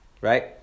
right